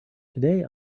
today